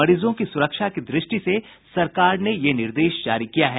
मरीजों की सुरक्षा की दृष्टि से सरकार ने यह निर्देश जारी किया है